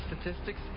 statistics